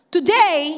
Today